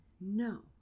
No